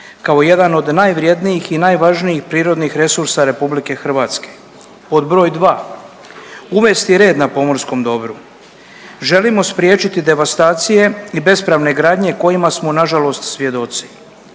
kao jedan od najvrednijih i najvažnijih prirodnih resursa Republike Hrvatske. Pod broj dva uvesti red na pomorskom dobru. Želimo spriječiti devastacije i bespravne gradnje kojima smo na žalost svjedoci.